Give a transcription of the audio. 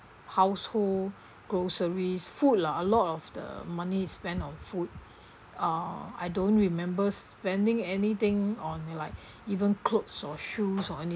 household groceries food lah a lot of the money spent on food uh I don't remember spending anything on like even clothes or shoes or any